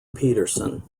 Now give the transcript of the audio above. peterson